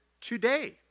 today